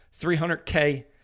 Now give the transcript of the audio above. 300K